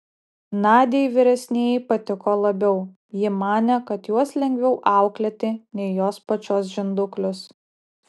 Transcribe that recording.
nadiai vyresnieji patiko labiau ji manė kad juos lengviau auklėti nei jos pačios žinduklius